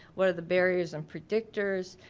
what are the barriers and predictors,